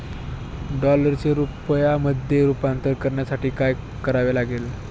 डॉलरचे रुपयामध्ये रूपांतर करण्यासाठी काय करावे लागेल?